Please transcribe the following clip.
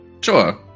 Sure